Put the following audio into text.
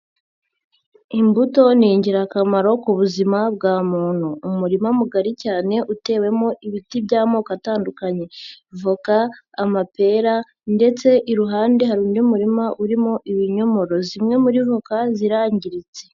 Imbuto ni ingirakamaro ku buzima bwa muntu. Umurima mugari cyane utewemo ibiti by'amoko atandukanye. Voka, amapera ndetse iruhande hari undi murima urimo ibinyomoro, zimwe muri voka zirangiritse.